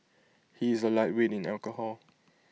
he is A lightweight in alcohol